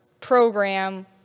program